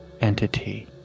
entity